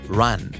run